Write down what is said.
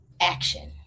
action